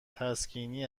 تسکینی